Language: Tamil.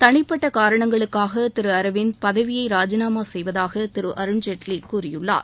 தனிப்பட்ட காரணங்களுக்காக திரு அரவிந்த் பதவியை ராஜினாமா செய்வதாக திரு அருண்ஜேட்லி கூறியுள்ளார்